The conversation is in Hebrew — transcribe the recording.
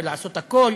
ולעשות הכול